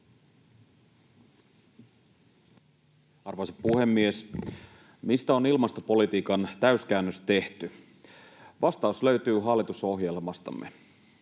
Arvoisa puhemies! Mistä on ilmastopolitiikan täyskäännös tehty? Vastaus löytyy hallitusohjelmastamme.